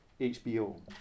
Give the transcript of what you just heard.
HBO